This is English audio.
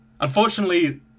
unfortunately